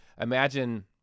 Imagine